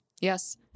Yes